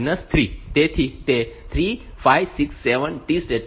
તેથી તે 3567 T states છે